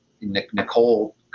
Nicole